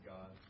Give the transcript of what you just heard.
God